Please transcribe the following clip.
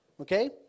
Okay